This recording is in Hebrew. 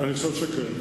אני חושב שכן.